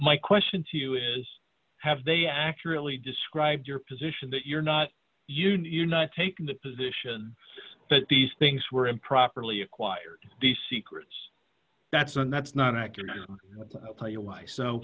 my question to you is have they accurately described your position that you're not you knew not take the position that these things were improperly acquired the secrets that's one that's not accurate tell you why so